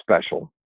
special